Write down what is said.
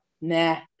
nah